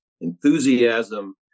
enthusiasm